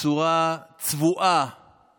בואו נשתמש במילים קצת יותר עדינות.